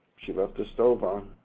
she left the stove on.